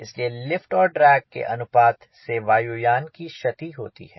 इसलिए लिफ्ट और ड्रैग के अनुपात से वायुयान की क्षति होती है